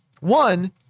One